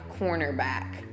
cornerback